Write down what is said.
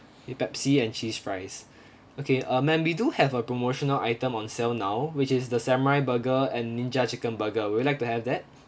a pepsi and cheese fries okay um ma'am we do have a promotional item on sale now which is the semi burger and ninja chicken burger would you like to have that